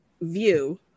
view